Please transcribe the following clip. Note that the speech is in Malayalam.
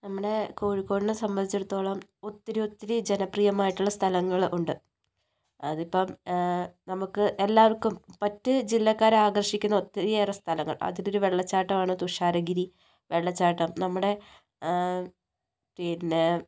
നമ്മുടെ കോഴിക്കോടിനെ സംബന്ധിച്ചിടത്തോളം ഒത്തിരി ഒത്തിരി ജനപ്രീയമായിട്ടുള്ള സ്ഥലങ്ങൾ ഉണ്ട് അതിപ്പം നമുക്ക് എല്ലാവർക്കും മറ്റു ജില്ലക്കാരെ ആകർഷിക്കുന്ന ഒത്തിരിയേറെ സ്ഥലങ്ങൾ അതിലൊരു വെള്ളച്ചാട്ടമാണ് തുഷാരഗിരി വെള്ളച്ചാട്ടം നമ്മുടെ പിന്നെ